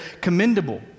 commendable